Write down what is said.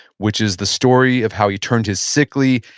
which is the story of how he turned his sickly,